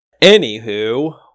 Anywho